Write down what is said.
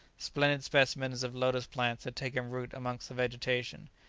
splendid specimens of lotus plants had taken root amongst the vegetation.